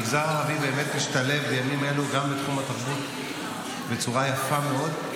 המגזר הערבי באמת משתלב בימים אלו גם בתחום התרבות בצורה יפה מאוד,